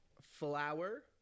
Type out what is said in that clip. Flower